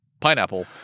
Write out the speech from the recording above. pineapple